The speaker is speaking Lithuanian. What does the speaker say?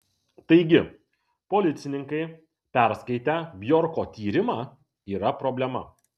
taigi policininkai perskaitę bjorko tyrimą yra problema